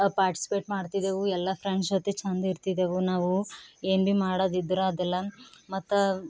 participate ಮಾಡ್ತಿದ್ದೆವು ಎಲ್ಲ friends ಜೊತೆ ಚೆಂದಿರ್ತಿದ್ದೆವು ನಾವು ಏನು ಭೀ ಮಾಡೋದಿದ್ರೆ ಅದೆಲ್ಲ ಮತ್ತು